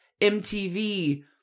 MTV